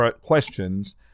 questions